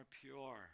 pure